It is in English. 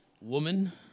Woman